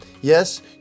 Yes